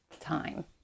time